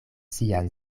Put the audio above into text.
sian